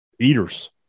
eaters